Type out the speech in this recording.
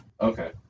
Okay